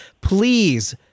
please